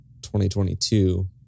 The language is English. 2022